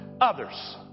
others